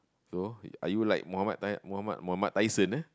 so are you like Mohammad Ty~ Mohammad Mohammad Tyson ah